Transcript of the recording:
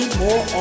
more